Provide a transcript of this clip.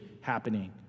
happening